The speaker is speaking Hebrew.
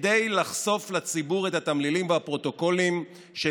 כדי לחשוף לציבור את התמלילים בפרוטוקולים של